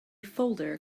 folder